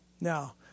Now